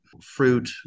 fruit